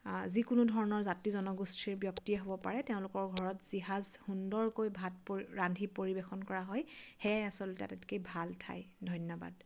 যিকোনো ধৰণৰ জাতি জনগোষ্ঠীৰ ব্যক্তিয়ে হ'ব পাৰে তেওঁলোকৰ ঘৰত যিসাঁজ সুন্দৰকৈ ভাত পৰি ৰান্ধি পৰিৱেশন কৰা হয় সেয়াই আচলতে আটাইতকৈ ভাল ঠাই ধন্যবাদ